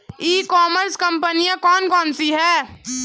ई commerce कंपनियाँ कौन कौन सी हैं?